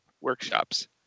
workshops